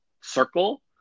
circle